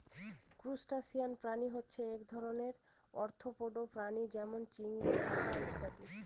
crustacean প্রাণী হচ্ছে এক ধরনের আর্থ্রোপোডা প্রাণী যেমন চিংড়ি, কাঁকড়া ইত্যাদি